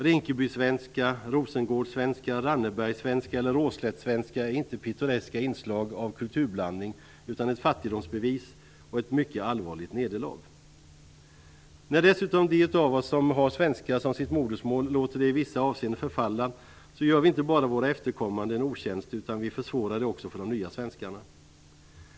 Rinkebysvenska, Rosengårdssvenska, Rannebergssvenska eller Råslättssvenska är inte pittoreska inslag av kulturblandning utan ett fattigdomsbevis och ett mycket allvarligt nederlag. När dessutom de av oss som har svenska som sitt modersmål i vissa avseenden låter det förfalla gör vi inte bara våra efterkommande en otjänst, utan vi försvårar också för de nya svenskarna.